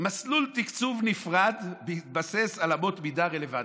מסלול תקצוב נפרד בהתבסס על אמות מידה רלוונטיות".